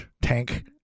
Tank